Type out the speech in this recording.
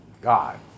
God